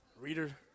Reader